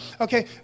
Okay